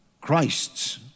Christ's